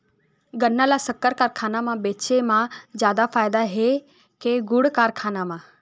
गन्ना ल शक्कर कारखाना म बेचे म जादा फ़ायदा हे के गुण कारखाना म?